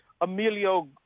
Emilio